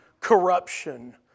corruption